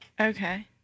Okay